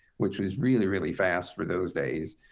which was really, really fast for those days.